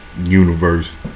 universe